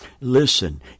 Listen